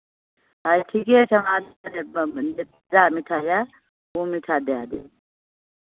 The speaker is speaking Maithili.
अच्छा ठीके छै हम आदमीकेँ भेजब जे मिठाइ लेल ओ मिठाइ दए देब